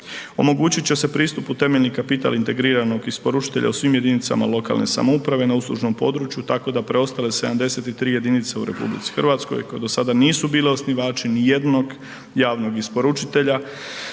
Omogućit će se pristup u temeljni kapital integriranog isporučitelja u svim jedinicama lokalne samouprave na uslužnom području, tako da preostale 73 jedinice u RH koje do sada nisu bile osnivači nijednog javnog isporučitelja,